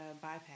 bypass